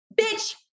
bitch